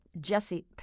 Jesse